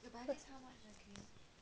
which [one]